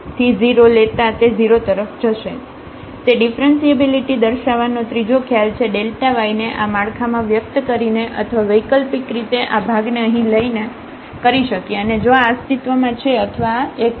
તેથી તે ડીફરન્સીએબિલિટી દર્શાવવાનો ત્રીજો ખ્યાલ છે y ને આ માળખામાં વ્યક્ત કરીને અથવા વૈકલ્પિક રીતે આ ભાગ ને અહીં લઈને કરી શકીએ અને જો આ અસ્તિત્વમાં છે અથવા આ એક છે